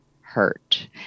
hurt